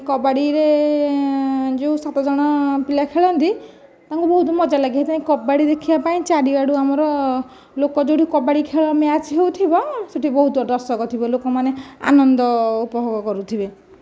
କବାଡ଼ିରେ ଯେଉଁ ସାତଜଣ ପିଲା ଖେଳନ୍ତି ତାଙ୍କୁ ବହୁତ ମଜା ଲାଗେ ସେଥିପାଇଁ କବାଡ଼ି ଦେଖିବା ପାଇଁ ଚାରିଆଡ଼ୁ ଆମର ଲୋକ ଯେଉଁଠି କବାଡ଼ି ଖେଳ ମ୍ୟାଚ୍ ହେଉଥିବ ସେଇଠି ବହୁତ ଦର୍ଶକ ଥିବେ ଲୋକମାନେ ଆନନ୍ଦ ଉପଭୋଗ କରୁଥିବେ